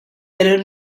pero